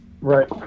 Right